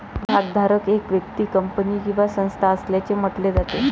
भागधारक एक व्यक्ती, कंपनी किंवा संस्था असल्याचे म्हटले जाते